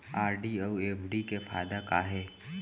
RD अऊ FD के फायेदा का हे?